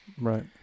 Right